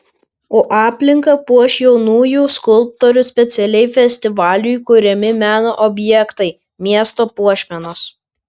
o aplinką puoš jaunųjų skulptorių specialiai festivaliui kuriami meno objektai miesto puošmenos